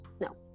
no